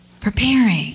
Preparing